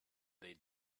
they